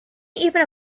even